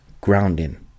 grounding